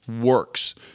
works